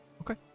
Okay